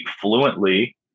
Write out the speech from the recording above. fluently